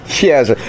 Yes